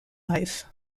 life